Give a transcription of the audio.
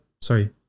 sorry